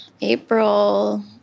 April